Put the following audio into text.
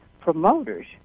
promoters